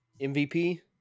MVP